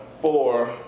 four